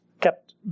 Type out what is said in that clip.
kept